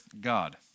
God